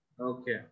okay